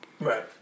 Right